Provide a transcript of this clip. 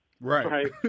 right